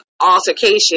altercation